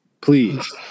Please